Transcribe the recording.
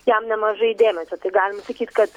jam nemažai dėmesio tai galim sakyt kad